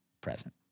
present